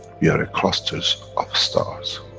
we are a. clusters of stars.